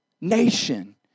nation